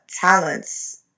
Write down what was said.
talents